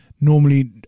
normally